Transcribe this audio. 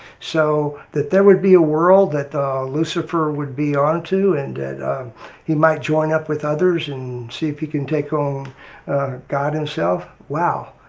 so that there would be a world that lucifer would be onto and he might join up with others and see if he can take on god himself, wow.